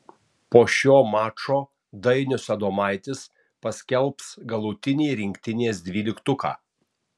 po šio mačo dainius adomaitis paskelbs galutinį rinktinės dvyliktuką